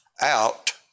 out